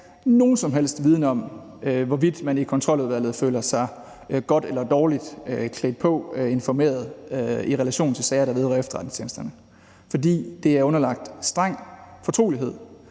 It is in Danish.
nogen som helst viden om, hvorvidt man i Kontroludvalget føler sig godt eller dårligt klædt på og informeret i relation til sager, der vedrører efterretningstjenesterne, fordi de oplysninger, der er der, er underlagt streng fortrolighed.